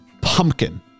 pumpkin